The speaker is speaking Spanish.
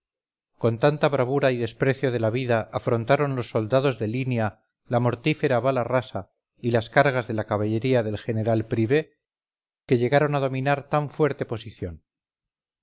con tanta bravura y desprecio de la vida afrontaron los soldados de línea la mortífera bala rasa y las cargas de la caballería del general privé que llegaron a dominar tan fuerte posición